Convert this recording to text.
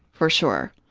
for sure.